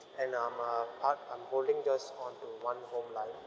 and I'm uh part I'm holding just onto one home line